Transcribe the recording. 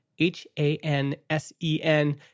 H-A-N-S-E-N